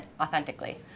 authentically